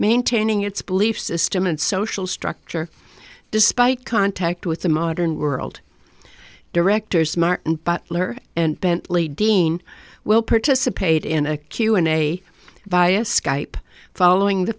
maintaining its belief system and social structure despite contact with the modern world directors martin butler and bentley dean will participate in a q and a via skype following the